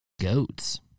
Goats